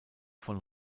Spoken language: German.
von